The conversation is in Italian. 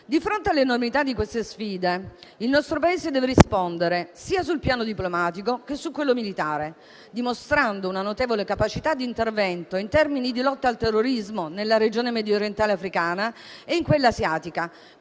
Di fronte all'enormità di queste sfide il nostro Paese deve rispondere sul piano sia diplomatico che militare, dimostrando una notevole capacità di intervento in termini di lotta al terrorismo nella regione mediorientale africana e in quella asiatica,